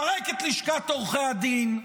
לפרק את לשכת עורכי הדין,